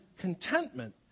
contentment